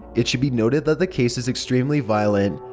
it should be noted that the case is extremely violent,